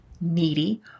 needy